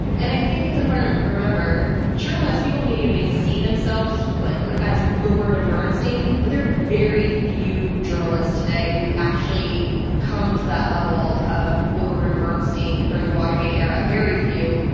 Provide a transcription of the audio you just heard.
and i think it's important to remember journalists, people, the media may see themselves as like like as woodward and bernstein, but there are very few journalists today who actually come to that level of woodward and bernstein during the watergate era. very few.